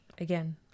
Again